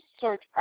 search